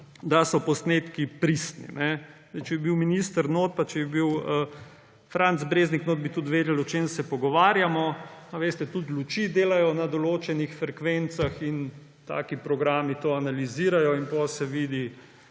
da so posnetki pristni. Če bi bil minister notri pa če bi bil Franc Breznik notri, bi tudi vedeli, o čem se pogovarjamo. Veste, tudi luči delajo na določenih frekvencah in taki programi to analizirajo in potem se vidi,